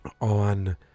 on